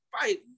fight